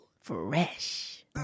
fresh